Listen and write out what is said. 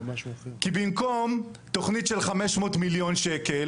כי במקום תוכנית של 500 מיליון שקלים